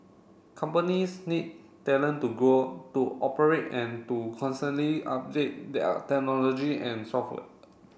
companies need talent to go to operate and to constantly update their technology and software